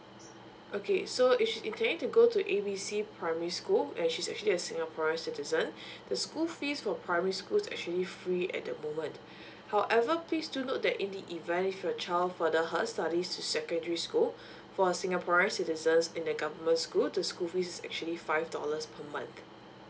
okay so if she's intending to go to a b c primary school and she's actually a singaporean citizen the school fees for primary school is actually free at the moment however please do note that in the event if your child further her studies to secondary school for singaporean citizens in a government school the school fees is actually five dollars per month